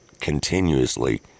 continuously